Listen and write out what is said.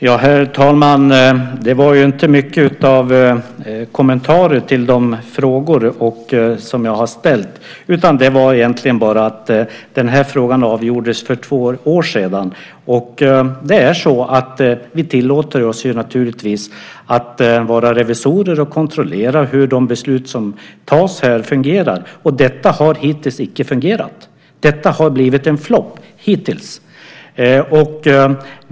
Herr talman! Det var ju inte mycket av kommentarer till de frågor som jag har ställt utan det sades egentligen bara att den här frågan avgjordes för två år sedan. Vi tillåter oss naturligtvis att vara revisorer och kontrollera hur de beslut som fattas här fungerar. Och detta har hittills inte fungerat. Detta har blivit en flopp hittills.